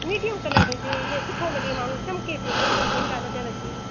medium colour हुजे जीअं सुठो लॻे माण्हू चिमिके पियो मस्तु बढ़िया नज़रु अचे